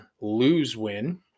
lose-win